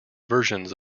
versions